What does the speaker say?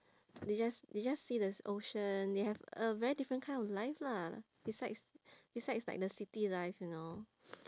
they just they just see the ocean they have a very different kind of life lah besides besides like the city life you know